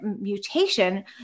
mutation